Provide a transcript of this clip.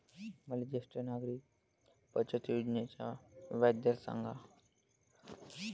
मले ज्येष्ठ नागरिक बचत योजनेचा व्याजदर सांगा